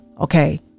Okay